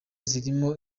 zirimo